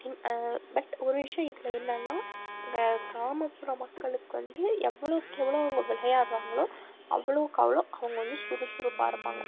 but ஒரு விஷயம் இதில் என்னென்னா கிராமப்புற மக்களுக்கு வந்து எவ்வளோக்கு எவ்வளோ அவங்க விளையாட்றாங்களோ அவ்வளோக்கு அவ்வளோ அவங்க வந்து சுறுசுறுப்பாக இருப்பாங்க